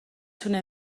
تونه